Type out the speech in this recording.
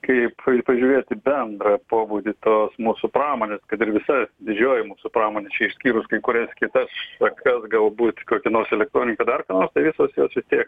kaip pažiūrėt į bendrą pobūdį tos mūsų pramonę kad ir visa didžioji mūsų pramonė išskyrus kai kurias kitas tokias galbūt kokia nors elektronika dar kas nors visos jos vis tiek